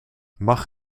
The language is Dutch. mag